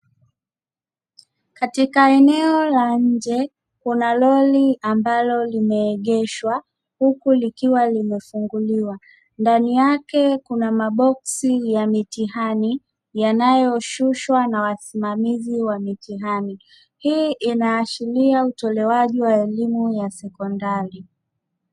Katika eneo la nje, kuna lori ambalo limeegeshwa huku likiwa limefunguliwa, ndani yake kuna maboksi ya mitihani yanayoshushwa na wasimamizi wa mitihani. Hii inaashiria elimu ya sekondari.